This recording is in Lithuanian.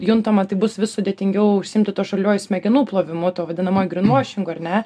juntama tai bus vis sudėtingiau užsiimti tuo žaliuoju smegenų plovimu tuo vadinamuoju gryn vuošingu ar ne